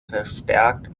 verstärkt